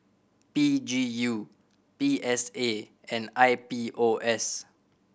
P G U P S A and I P O S